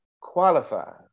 qualify